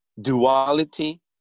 duality